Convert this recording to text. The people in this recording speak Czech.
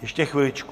Ještě chviličku.